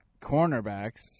cornerbacks